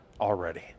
already